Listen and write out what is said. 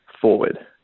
forward